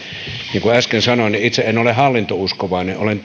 niin kuin äsken sanoin itse en ole hallintouskovainen olen